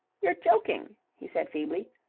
you're joking, he said, feebly.